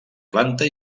planta